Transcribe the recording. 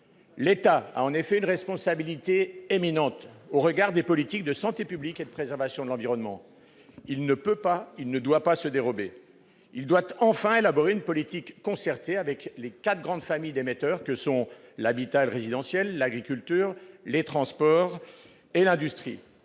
L'État a en effet une responsabilité éminente au regard des politiques de santé publique et de préservation de l'environnement. Il ne peut pas et ne doit pas se dérober. Il doit enfin élaborer une politique concertée avec les quatre grandes familles d'émetteurs que sont l'habitat et le résidentiel, l'agriculture, les transports et l'industrie.